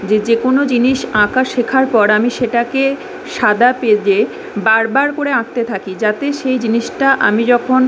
যে যে কোনো জিনিস আঁকা শেখার পর আমি সেটাকে সাদা পেজে বার বার করে আঁকতে থাকি যাতে সেই জিনিসটা আমি যখন